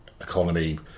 economy